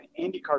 IndyCar